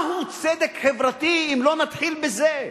מהו צדק חברתי, אם לא נתחיל בזה?